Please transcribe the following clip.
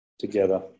together